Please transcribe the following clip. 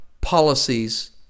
policies